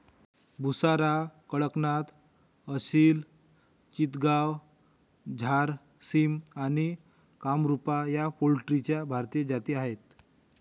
बुसरा, कडकनाथ, असिल चितगाव, झारसिम आणि कामरूपा या पोल्ट्रीच्या भारतीय जाती आहेत